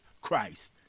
Christ